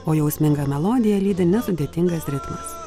o jausmingą melodiją lydi nesudėtingas ritmas